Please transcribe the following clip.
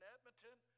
Edmonton